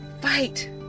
fight